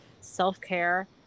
self-care